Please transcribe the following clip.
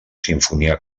simfonia